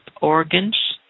organs